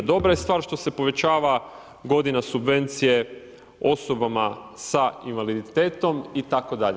Dobra je stvar što se povećava godina subvencije osobama sa invaliditetom itd.